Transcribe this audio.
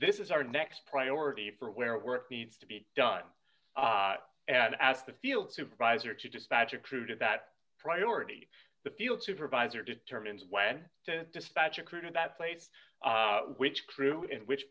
this is our next priority for where work needs to be done and asked the field supervisor to dispatch are true to that priority the field supervisor determines when to dispatch a crew to that place which crew in which